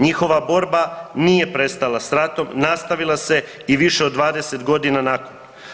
Njihova borba nije prestala s ratom, nastavila se i više od 20 godina nakon.